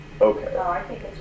okay